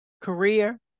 career